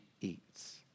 eats